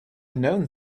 known